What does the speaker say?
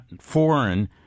foreign